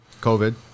COVID